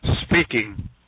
speaking